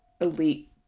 elite